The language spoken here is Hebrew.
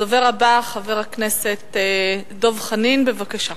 הדובר הבא, חבר הכנסת דב חנין, בבקשה.